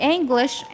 English